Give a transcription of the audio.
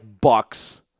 Bucks